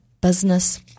business